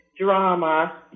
drama